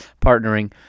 partnering